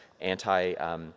anti